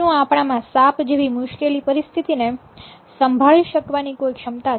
શું આપણામાં સાપ જેવી મુશ્કેલ પરિસ્થિતિને સંભાળી શકવાની કોઈ ક્ષમતા છે